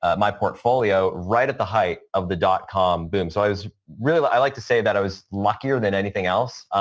um portfolio right at the height of the dotcom boom, so i was really i like to say that i was luckier than anything else.